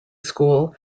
school